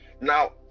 now